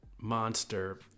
monster